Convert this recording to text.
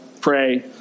pray